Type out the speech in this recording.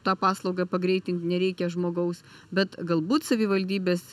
tą paslaugą pagreitint nereikia žmogaus bet galbūt savivaldybės